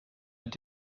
mit